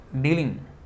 dealing